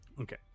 okay